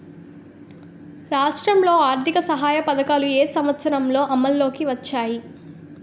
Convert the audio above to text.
రాష్ట్రంలో ఆర్థిక సహాయ పథకాలు ఏ సంవత్సరంలో అమల్లోకి వచ్చాయి?